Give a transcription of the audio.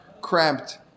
cramped